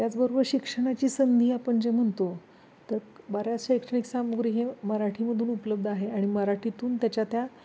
त्याचबरोबर शिक्षणाची संधी आपण जे म्हणतो तर बऱ्याच शैक्षणिक सामग्री हे मराठीमधून उपलब्ध आहे आणि मराठीतून त्याच्या त्या